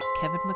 Kevin